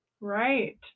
Right